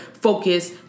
focus